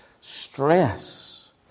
stress